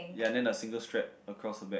ya then the single strap across the back